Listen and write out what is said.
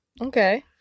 Okay